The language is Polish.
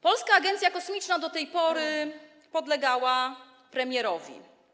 Polska Agencja Kosmiczna do tej pory podlegała premierowi.